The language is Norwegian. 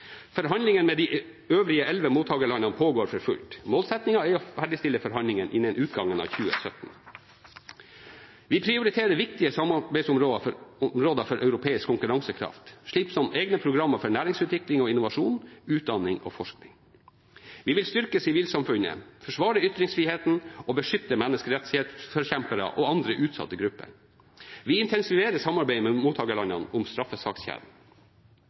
Forhandlingene med de øvrige elleve mottakerlandene pågår for fullt. Målsettingen er å ferdigstille forhandlingene innen utgangen av 2017. Vi prioriterer viktige samarbeidsområder for europeisk konkurransekraft, slik som egne programmer for næringsutvikling og innovasjon, utdanning og forskning. Vi vil styrke sivilsamfunnet, forsvare ytringsfriheten og beskytte menneskerettighetsforkjempere og andre utsatte grupper. Vi intensiverer samarbeidet med mottakerlandene om straffesakskjeden.